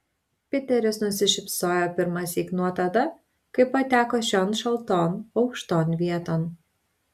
piteris nusišypsojo pirmąsyk nuo tada kai pateko šion šalton aukšton vieton